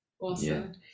Awesome